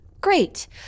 Great